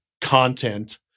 content